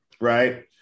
right